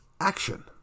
action